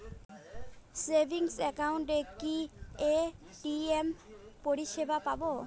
Savings একাউন্টে কি ATM পরিসেবা পাব?